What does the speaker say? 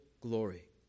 glory